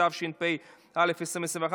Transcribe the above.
התשפ"א 2021,